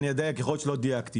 אדייק, כי יכול להיות שלא דייקתי.